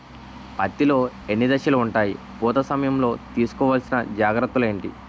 పత్తి లో ఎన్ని దశలు ఉంటాయి? పూత సమయం లో తీసుకోవల్సిన జాగ్రత్తలు ఏంటి?